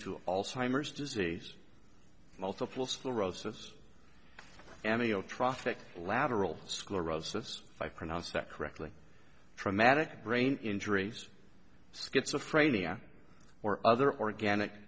to all simers disease multiple sclerosis amnio traffic lateral sclerosis if i pronounced that correctly traumatic brain injuries schizophrenia or other organic